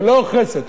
ללא חסד,